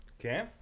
okay